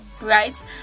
right